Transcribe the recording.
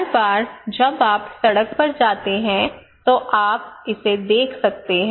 हर बार जब आप सड़क पर जाते हैं तो आप इसे देख सकते हैं